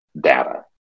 data